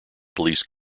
police